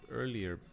earlier